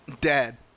Dead